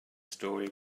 story